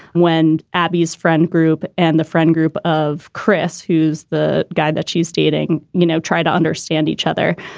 when abby's friend group and the friend group of chris, who's the guy that she's dating, you know, try to understand each other.